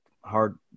hard